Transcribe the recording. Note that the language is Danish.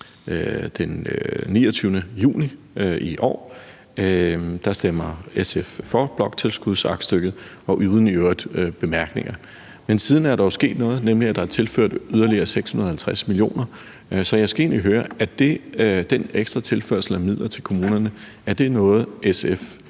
den 29. juni i år, stemte SF for bloktilskudsaktstykket og i øvrigt uden bemærkninger, men siden er der jo sket noget, nemlig at der er tilført yderligere 650 mio. kr. Så jeg skal egentlig høre, om den ekstra tilførsel af midler til kommunerne er noget, SF